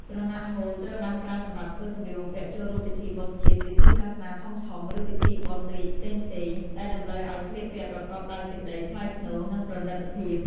ក្រណាត់ហូល ត្រូវបានប្រើសម្រាប់ធ្វើសម្លៀកបំពាក់ចូលរួមពិធីបុណ្យជាតិ ពិធីសាសនាធំៗ ឬពិធីបុណ្យរាជ្យផ្សេងៗ ដែលតម្រូវឱ្យស្លៀកពាក់ប្រកបដោយសេចក្តីថ្លៃថ្នូរ និងប្រណីតភាព។